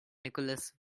nicholas